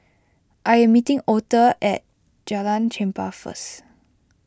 I am meeting Auther at Jalan Chempah first